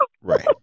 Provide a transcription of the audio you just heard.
Right